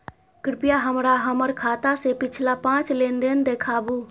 कृपया हमरा हमर खाता से पिछला पांच लेन देन देखाबु